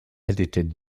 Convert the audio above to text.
edited